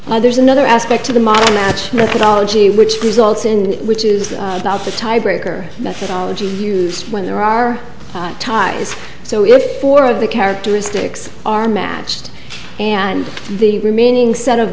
case there's another aspect to the modern match methodology which results in which is about the tiebreaker methodology used when there are ties so if four of the characteristics are matched and the remaining set of